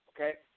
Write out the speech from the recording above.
okay